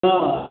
हाँ